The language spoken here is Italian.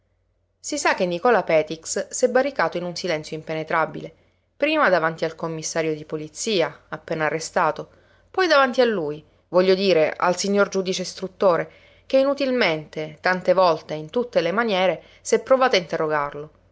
si sa che nicola petix s'è barricato in un silenzio impenetrabile prima davanti al commissario di polizia appena arrestato poi davanti a lui voglio dire al signor giudice istruttore che inutilmente tante volte e in tutte le maniere s'è provato a interrogarlo